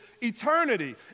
eternity